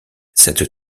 cette